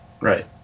Right